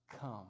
come